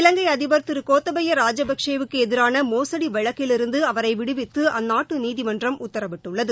இலங்கை அதிபர் திரு கோத்தபையா ராஜபக்ஷேக்கு எதிரான மோசடி வழக்கிலிருந்து அவரை விடுவித்து அந்நாட்டு நீதிமன்றம் உத்தரவிட்டுள்ளது